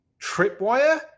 Tripwire